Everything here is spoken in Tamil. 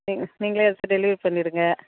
நீங் நீங்களே எடுத்து டெலிவரி பண்ணிடுங்கள்